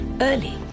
early